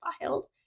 filed